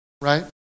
right